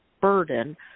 burden